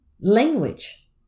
language